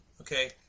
Okay